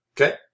Okay